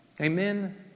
Amen